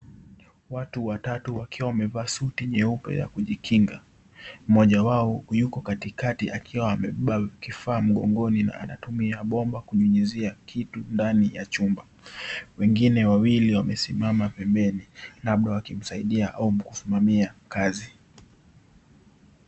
Watu watatu wakiwa wamevaa suti nyeupe ya kujikinga. Mmoja wao yuko katikati akiwa amevaa kifaa mgongoni na anatumia bomba kunyunyizia kitu ndani ya chumba. Wengine wawili wamesimama pembeni labda wakimsaidia au kusimamia kazi.